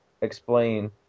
explain